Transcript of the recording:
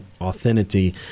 authenticity